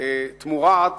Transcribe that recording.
תמורת